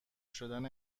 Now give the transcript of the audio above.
شدن